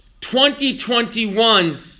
2021